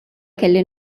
kelli